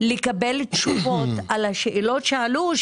רק לקבל תשובות על השאלות שעלו,